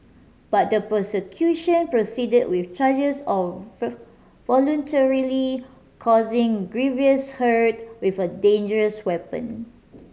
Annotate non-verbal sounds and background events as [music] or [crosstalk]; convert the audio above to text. but the prosecution proceeded with charges of [unintelligible] voluntarily causing grievous hurt with a dangerous weapon